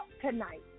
tonight